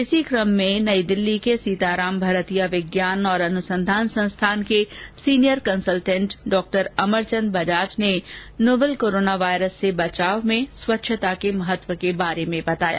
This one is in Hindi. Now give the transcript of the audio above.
इसी क्रम में एक कार्यक्रम में नई दिल्ली के सीताराम भरतिया विज्ञान और अनुसंधान संस्थान के senior consultant doctor Amarchand Bajaj ने नोवल कोरोना वायरस से बचाव में स्वच्छता के महत्व के बारे में बताया